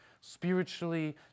Spiritually